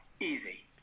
easy